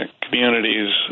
communities